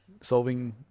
Solving